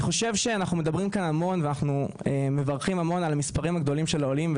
אנחנו מדברים ומברכים המון על המספרים הגדולים של העולים,